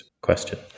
question